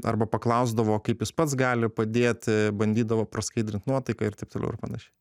arba paklausdavo kaip jis pats gali padėti bandydavo praskaidrint nuotaiką ir taip toliau ir panašiai